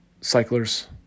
cyclers